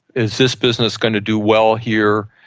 is this business going to do well here?